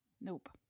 Nope